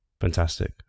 Fantastic